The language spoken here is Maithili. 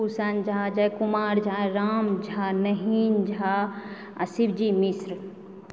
भूषण झा जय कुमार झा राम झा नहिम झा आ शिवजी मिश्र